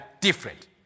different